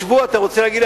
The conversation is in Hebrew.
אתה רוצה להגיד לי,